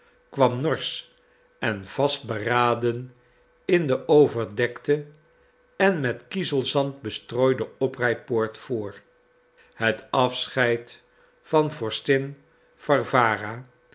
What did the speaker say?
kwam norsch en vastberaden in de overdekte en met kiezelzand bestrooide oprijpoort voor het afscheid van